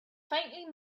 faintly